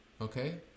Okay